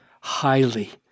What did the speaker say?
highly